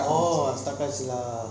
oh stuck ஆயிடுச்சி:aayeduchi lah